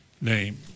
name